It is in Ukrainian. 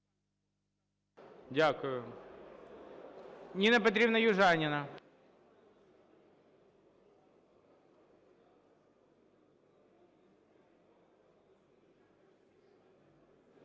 Дякую. Ніна Петрівна Южаніна.